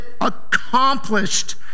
accomplished